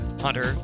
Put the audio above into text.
Hunter